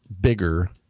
bigger